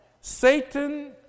Satan